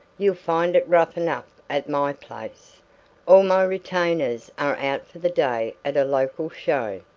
you'll find it rough enough at my place all my retainers are out for the day at a local show.